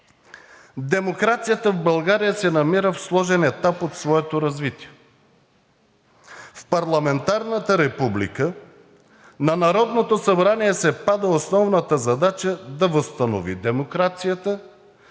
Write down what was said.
демокрацията в България се намира в сложен етап от своето развитие. В парламентарната република на Народното събрание се пада основната задача да възстанови демокрацията